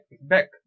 back